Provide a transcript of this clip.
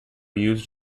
used